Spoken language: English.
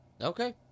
Okay